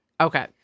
Okay